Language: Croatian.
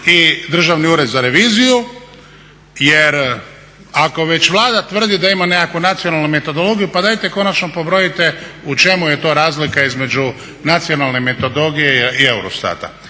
i Državni ured za reviziju jer ako već Vlada tvrdi da ima nekakvu nacionalnu metodologiju pa dajte konačno pobrojite u čemu je to razlika između nacionalne metodologije i EUROSTAT-a.